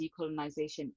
decolonization